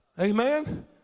Amen